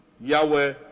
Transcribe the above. Yahweh